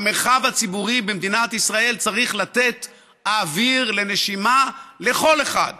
המרחב הציבורי במדינת ישראל צריך לתת אוויר לנשימה לכל אחד